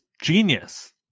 genius